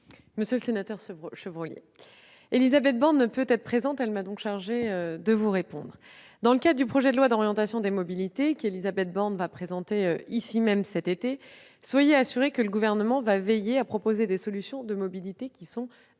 Monsieur le sénateur, je le répète, Élisabeth Borne ne pouvant être présente ce matin, elle m'a chargée de vous répondre. Dans le cadre du projet de loi d'orientation sur les mobilités qu'Élisabeth Borne présentera ici cet été, soyez assuré que le Gouvernement veillera à proposer des solutions de mobilité adaptées